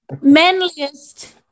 manliest